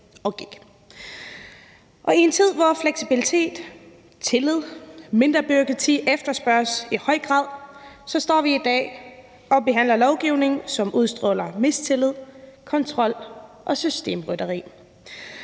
i en tid, hvor fleksibilitet, tillid og mindre bureaukrati efterspørges i høj grad, står vi i dag og behandler lovgivning, som udstråler mistillid, kontrol og systemrytteri.